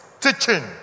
teaching